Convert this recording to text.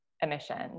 emissions